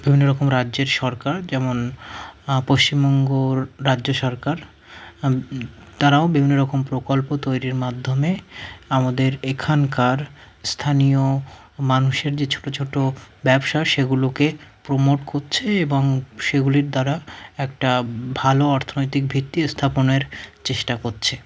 বিভিন্ন রকম রাজ্যের সরকার যেমন পশ্চিমবঙ্গ রাজ্য সরকার তারাও বিভিন্ন রকম প্রকল্প তৈরির মাধ্যমে আমাদের এখানকার স্থানীয় মানুষের যে ছোটো ছোটো ব্যবসা সেগুলোকে প্রমোট করছে এবং সেগুলির দ্বারা একটা ভালো অর্থনৈতিক ভিত্তি স্থাপনের চেষ্টা করছে